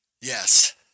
Yes